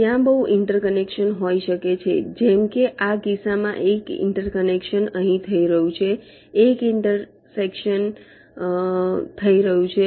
ત્યાં બહુ ઇન્ટરસેક્શન હોઈ શકે છે જેમ કે આ કિસ્સામાં એક ઇન્ટરસેક્શન અહીં થઈ રહ્યું છે એક ઇન્ટરસેક્શન થઈ રહ્યું છે